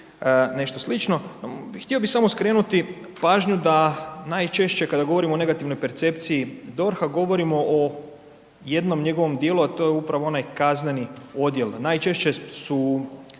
nešto slično. Htio bih samo skrenuti pažnju da najčešće kada govorimo o negativnoj percepciji DORH-a, govorimo o jednom njegovom dijelu, a to je upravo kazneni odjel, najčešće su